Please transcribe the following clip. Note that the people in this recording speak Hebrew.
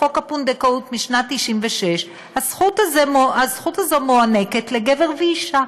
בחוק הפונדקאות משנת 96' הזכות הזאת מוענקת לגבר ואישה,